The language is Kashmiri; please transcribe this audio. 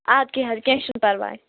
اَدٕ کیٚنٛہہ حظ کیٚنٛہہ چھُنہٕ پَرواے